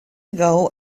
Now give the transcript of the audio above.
ago